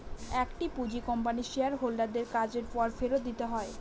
একটি পুঁজি কোম্পানির শেয়ার হোল্ডার দের কাজের পর ফেরত দিতে হয়